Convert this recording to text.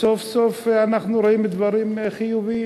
וסוף-סוף אנחנו רואים דברים חיוביים?